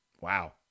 Wow